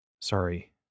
sorry